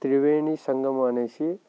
త్రివేణి సంగమం అనేసి